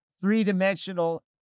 three-dimensional